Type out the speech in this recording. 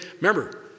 Remember